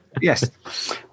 Yes